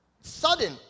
sudden